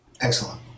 Excellent